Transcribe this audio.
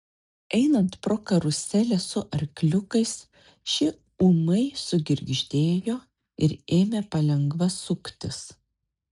einant pro karuselę su arkliukais ši ūmai sugirgždėjo ir ėmė palengva suktis